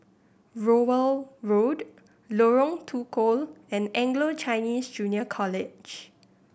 Rowell Road Lorong Tukol and Anglo Chinese Junior College